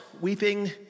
Weeping